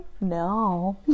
no